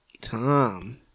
Tom